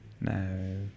No